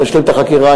תשלים את החקירה.